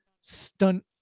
stunt